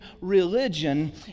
religion